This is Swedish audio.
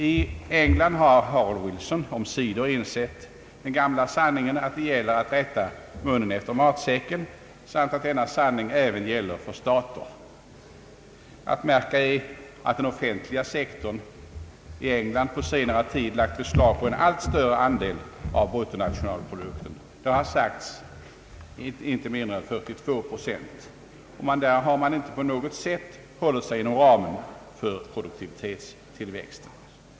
I England har Harold Wilson omsider insett den gamla sanningen att det gäller att rätta munnen efter matsäcken samt att denna sanning även gäller för stater. Att märka är att den offentliga sektorn i England på senare tid har lagt beslag på en allt större andel av bruttonationalprodukten — det har talats om inte mindre än 42 procent. Man har inte på något sätt hållit sig inom ramen för produktivitetstillväxten.